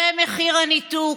זה מחיר הניתוק,